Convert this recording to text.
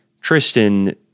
Tristan